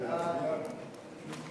חוק תאגידי